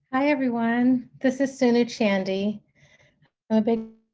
hi everyone. this is sunu chandy. i'm a big